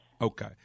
Okay